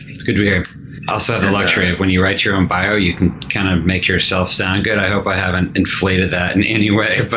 it's good to be here. also, the luxury of when you write your own bio, you can kind of make yourself sound good. i hope i haven't inflated that in any way, but